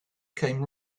came